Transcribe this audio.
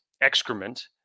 excrement